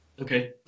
okay